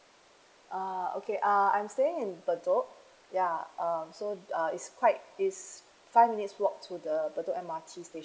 uh okay uh I'm staying in bedok yeah uh so uh is quite is five minutes walk to the bedok M_R_T station